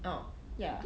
oh ya